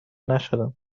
نشدم